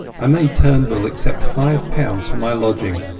i made turnbull accept five pounds for my lodging,